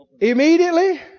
Immediately